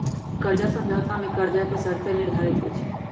कर्जा समझौता में कर्जा के शर्तें निर्धारित होइ छइ